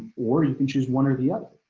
or you can choose one or the other.